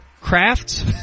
Crafts